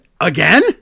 again